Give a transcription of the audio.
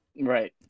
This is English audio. Right